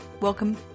welcome